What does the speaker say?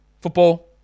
football